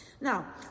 Now